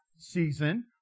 season